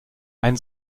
ein